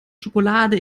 schokolade